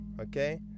okay